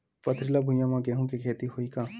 पथरिला भुइयां म गेहूं के खेती होही का?